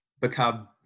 become